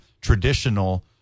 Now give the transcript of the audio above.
traditional